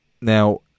now